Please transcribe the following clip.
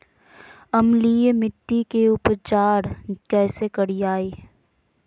अम्लीय मिट्टी के उपचार कैसे करियाय?